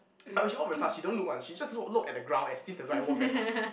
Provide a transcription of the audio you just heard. but she walk very fast she don't look [one] she just look look at the ground and see if the walk very fast